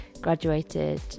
graduated